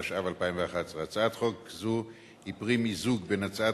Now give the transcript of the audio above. התשע"ב 2012. הצעת חוק זו היא פרי מיזוג של הצעת